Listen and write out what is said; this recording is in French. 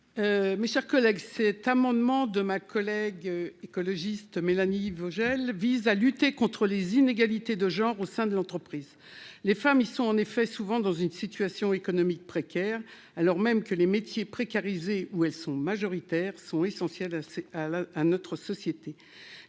Poncet Monge. Cet amendement, déposé par ma collègue Mélanie Vogel, vise à lutter contre les inégalités de genre au sein de l'entreprise. Les femmes sont souvent dans une situation économique précaire, alors même que les métiers précarisés où elles sont majoritaires sont essentiels à notre société.